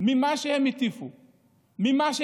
ממה שהם הטיפו לו,